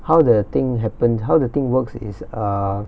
how the thing happened how the thing works is err